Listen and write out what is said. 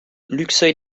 luxeuil